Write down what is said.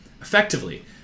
Effectively